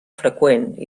freqüent